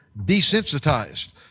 desensitized